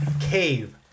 Cave